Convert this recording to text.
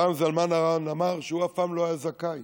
פעם זלמן ארן אמר שהוא אף פעם לא היה זכאי.